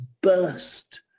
burst